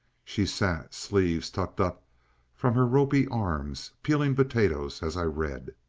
she sat, sleeves tucked up from her ropy arms, peeling potatoes as i read.